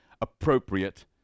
appropriate